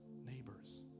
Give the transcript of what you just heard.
neighbors